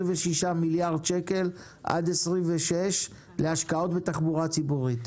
שקל עד 2026 להשקעות בתחבורה הציבורית.